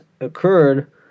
occurred